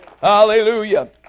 Hallelujah